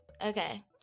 Okay